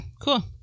cool